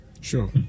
Sure